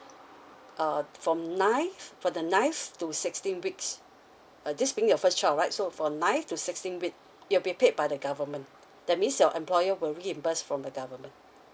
uh from ninth from the ninth to sixteenth weeks uh this being your first child right so for ninth to sixteenth week it will be paid by the government that means your employer will reimburse from the government